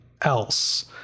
else